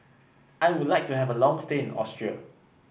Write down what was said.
I would like to have a long stay in Austria